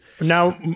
Now